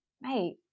mate